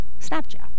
Snapchat